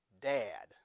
dad